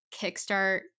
kickstart